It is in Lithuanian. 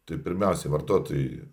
tai pirmiausia vartotojai